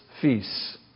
feasts